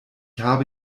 hab